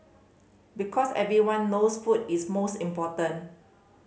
because everyone knows food is most important